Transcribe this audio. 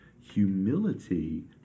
humility